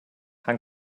han